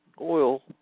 oil